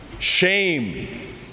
Shame